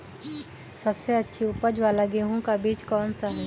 सबसे अच्छी उपज वाला गेहूँ का बीज कौन सा है?